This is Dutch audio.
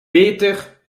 beter